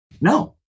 No